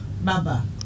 Baba